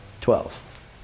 Twelve